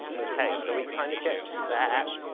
okay, so we kind of get and that.